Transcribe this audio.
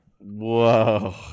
Whoa